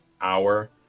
hour